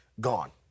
gone